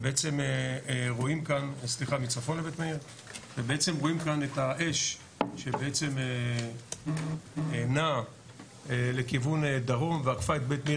ובעצם רואים כאן את האש שבעצם נעה לכיוון דרום ועקפה את בית מאיר